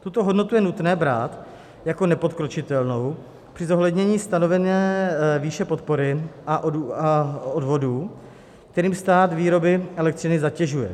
Tuto hodnotu je nutné brát jako nepodkročitelnou při zohlednění stanovení výše podpory a odvodů, kterými stát výrobny elektřiny zatěžuje.